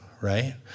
Right